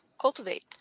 cultivate